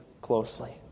closely